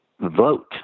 vote